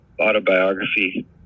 autobiography